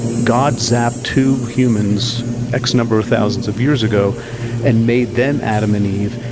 god zapped two humans x number of thousands of years ago and made them adam and eve,